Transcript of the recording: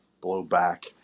blowback